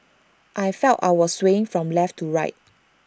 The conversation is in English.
I felt I was swaying from left to right